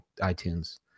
itunes